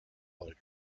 fighter